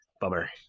Bummer